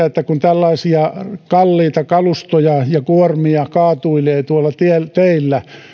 että tällaisia kalliita kalustoja ja kuormia kaatuilee tuolla teillä